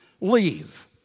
Leave